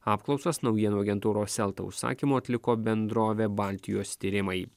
apklausas naujienų agentūros elta užsakymu atliko bendrovė baltijos tyrimai